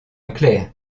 éclaire